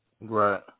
right